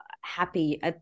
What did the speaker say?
happy